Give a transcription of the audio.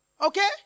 Okay